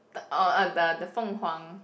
the or the the Feng-Huang